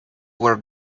were